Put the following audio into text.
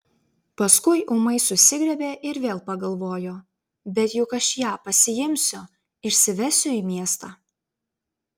paskui ūmai susigriebė ir vėl pagalvojo bet juk aš ją pasiimsiu išsivesiu į miestą